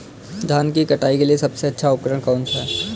धान की कटाई के लिए सबसे अच्छा उपकरण कौन सा है?